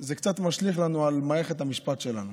זה קצת משליך לנו על מערכת המשפט שלנו,